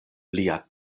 lia